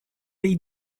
they